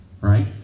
right